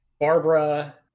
Barbara